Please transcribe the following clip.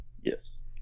yes